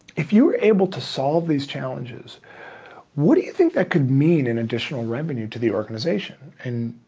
if you were able to solve these challenges what do you think that could mean in additional revenue to the organization? and